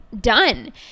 done